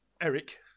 Eric